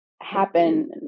happen